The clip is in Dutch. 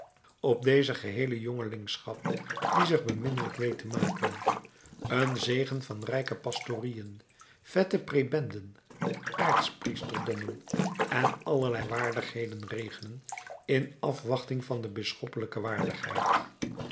op deze geheele jongelingschap die zich beminnelijk weet te maken een zegen van rijke pastorieën vette prebenden aarts priesterdommen en allerlei waardigheden regenen in afwachting van de bisschoppelijke waardigheid